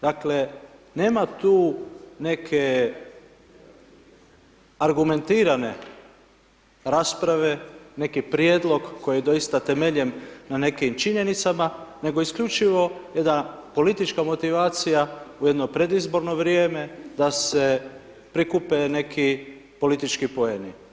Dakle, nema tu neke argumentirane rasprave, neki prijedlog koji je doista temeljen na nekim činjenicama nego isključivo da politička motivacija, u jedno predizborno vrijeme da se prikupe neki politički poeni.